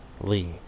Lee